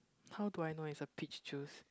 how do I know it's a peach juice